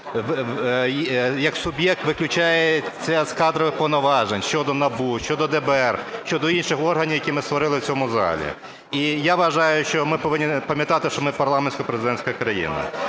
як суб'єкт виключається з кадрових повноважень щодо НАБУ, щодо ДБР, щодо інших органів, які ми створили в цьому залі. І я вважаю, що ми повинні пам'ятати, що ми парламентсько-президентська країна.